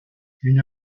une